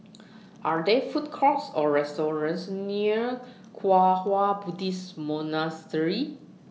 Are There Food Courts Or restaurants near Kwang Hua Buddhist Monastery